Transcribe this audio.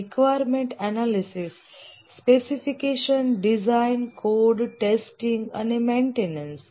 requirement analysis specification design code testing અને maintenance